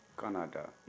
Canada